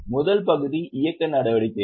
முதல் பகுதி இயக்க நடவடிக்கைகள்